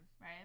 right